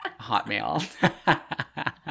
hotmail